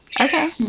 Okay